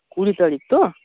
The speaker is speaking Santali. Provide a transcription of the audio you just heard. ᱠᱩᱲᱤ ᱛᱟᱨᱤᱠᱷ ᱛᱚ